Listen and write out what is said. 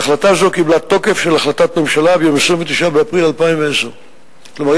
החלטה זו קיבלה תוקף של החלטת ממשלה ביום 29 באפריל 2010. כלומר,